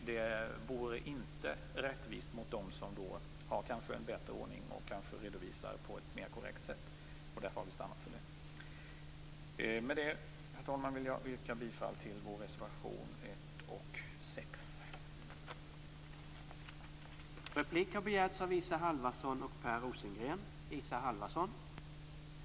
Det vore inte rättvist mot dem som kanske har en bättring ordning och redovisar på ett mer korrekt sätt. Därför har vi stannat för den modellen. Med det, herr talman, vill jag yrka bifall till reservationerna 1 och 6.